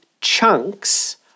chunks